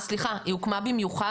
לא יודעת אם היא הוקמה במיוחד?